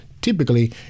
typically